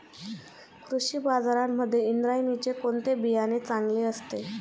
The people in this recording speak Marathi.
कृषी बाजारांमध्ये इंद्रायणीचे कोणते बियाणे चांगले असते?